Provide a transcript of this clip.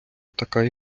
така